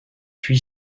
puy